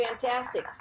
fantastic